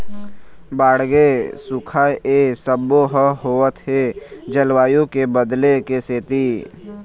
बाड़गे, सुखा ए सबो ह होवत हे जलवायु के बदले के सेती